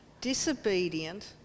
disobedient